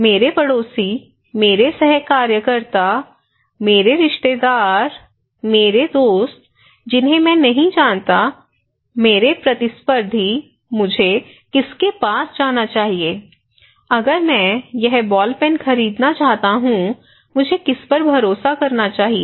मेरे पड़ोसी मेरे सह कार्यकर्ता मेरे रिश्तेदार मेरे दोस्त जिन्हें मैं नहीं जानता मेरे प्रतिस्पर्धी मुझे किसके पास जाना चाहिए अगर मैं यह बॉल पेन खरीदना चाहता हूं मुझे किस पर भरोसा करना चाहिए